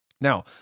Now